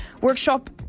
workshop